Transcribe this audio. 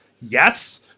Yes